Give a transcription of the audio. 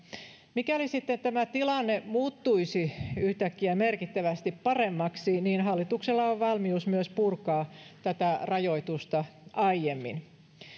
mikäli sitten tämä tilanne muuttuisi yhtäkkiä merkittävästi paremmaksi niin hallituksella on valmius myös purkaa tätä rajoitusta aiemmin